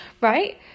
Right